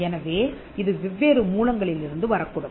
எனவே இது வெவ்வேறு மூலங்களிலிருந்து வரக்கூடும்